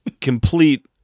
complete